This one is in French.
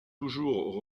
toujours